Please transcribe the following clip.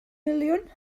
miliwn